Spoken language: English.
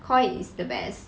Koi is the best